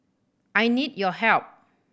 I need your help